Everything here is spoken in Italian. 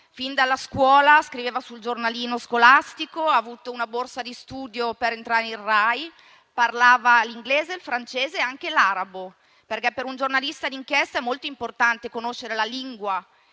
Fin dalla scuola scriveva sul giornalino scolastico, aveva avuto una borsa di studio per entrare in Rai. Parlava l'inglese, il francese e anche l'arabo perché, per un giornalista d'inchiesta, è molto importante conoscere la lingua,